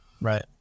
Right